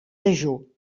dejú